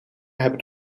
hebben